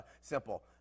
simple